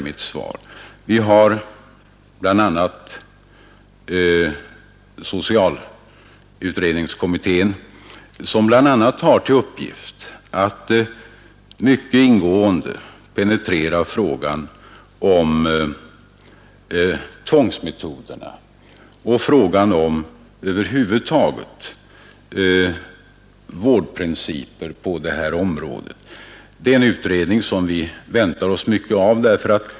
Vi har t.ex. socialutredningen, som bl.a. har till uppgift att mycket ingående penetrera frågan om frivillighet och tvång och frågan om vårdprinciperna över huvud taget. Det är en utredning som vi väntar oss mycket av.